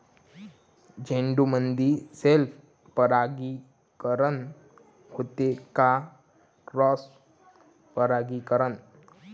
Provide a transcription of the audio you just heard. झेंडूमंदी सेल्फ परागीकरन होते का क्रॉस परागीकरन?